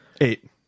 Eight